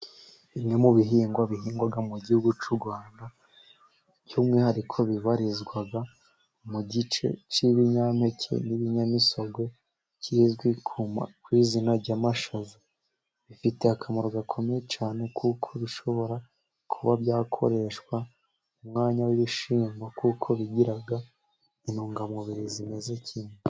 Bimwe mu bihingwa, bihingwaga mu gihugu cy'u Rwanda, by'umwihariko bibarizwa mu gice cy'ibinyampeke n'ibinyamisogwe, kizwi ku izina ry' amashaza, bifite akamaro gakomeye cyane, kuko bishobora kuba byakoreshwa, mu mwanya w'ibishyimbo, kuko bigira intungamubiri zimeze kimwe.